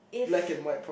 if